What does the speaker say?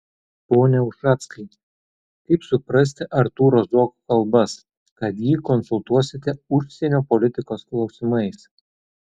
pone ušackai kaip suprasti artūro zuoko kalbas kad jį konsultuosite užsienio politikos klausimais